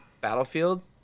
Battlefield